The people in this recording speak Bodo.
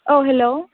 औ हेलौ